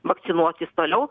vakcinuotis toliau